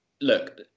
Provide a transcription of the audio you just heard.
look